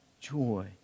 joy